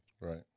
Right